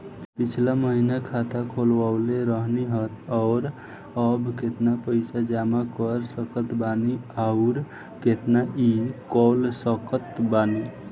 पिछला महीना खाता खोलवैले रहनी ह और अब केतना पैसा जमा कर सकत बानी आउर केतना इ कॉलसकत बानी?